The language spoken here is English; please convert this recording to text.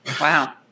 Wow